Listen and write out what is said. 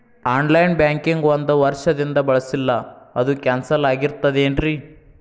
On line banking ಒಂದ್ ವರ್ಷದಿಂದ ಬಳಸಿಲ್ಲ ಅದು ಕ್ಯಾನ್ಸಲ್ ಆಗಿರ್ತದೇನ್ರಿ?